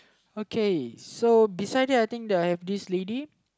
okay so beside that I think the have this lady